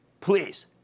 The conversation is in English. Please